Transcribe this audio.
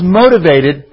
motivated